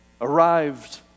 arrived